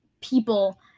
people